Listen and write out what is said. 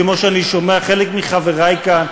כמו שאני שומע מחלק מחברי כאן.